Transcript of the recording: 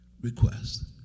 request